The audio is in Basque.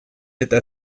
eta